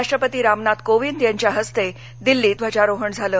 राष्ट्रपती रामनाथ कोविंद यांच्या हस्ते दिल्लीत ध्वजारोहण झालं